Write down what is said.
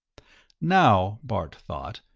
now, bart thought,